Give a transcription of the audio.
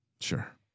Sure